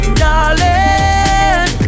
darling